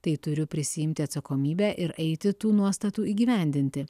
tai turiu prisiimti atsakomybę ir eiti tų nuostatų įgyvendinti